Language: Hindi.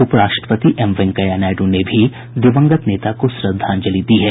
उपराष्ट्रपति एम वेंकैया नायडू ने भी दिवंगत नेता को श्रद्धांजलि दी है